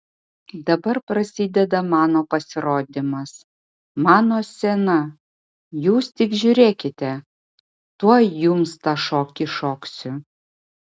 dabar prasideda mano pasirodymas mano scena jūs tik žiūrėkite tuoj jums tą šokį šoksiu